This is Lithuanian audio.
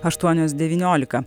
aštuonios devyniolika